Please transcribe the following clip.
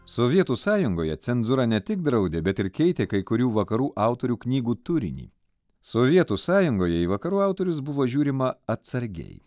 sovietų sąjungoje cenzūra ne tik draudė bet ir keitė kai kurių vakarų autorių knygų turinį sovietų sąjungoje į vakarų autorius buvo žiūrima atsargiai